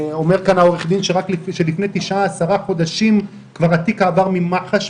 אומר העורך דין שלפני תשעה עשרה חודשים התיק כבר עבר ממח"ש,